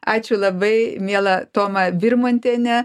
ačiū labai miela toma birmontiene